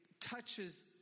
touches